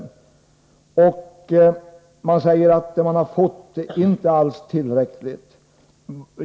Thorsten Månson säger att den hjälp landet har fått inte alls är tillräcklig.